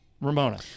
ramona